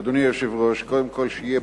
אדוני היושב-ראש, קודם כול שיהיה ברור: